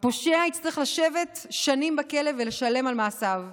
הפושע יצטרך לשבת שנים בכלא ולשלם על מעשיו.